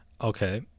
okay